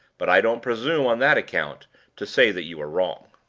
but i don't presume on that account to say that you are wrong.